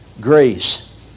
grace